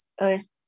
earth